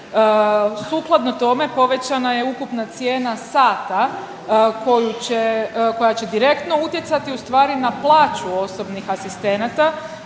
Sukladno tome povećana je ukupna cijena sata koja će direktno utjecati u stvari na plaću osobnih asistenata.